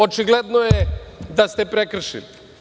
Očigledno je da ste prekršili.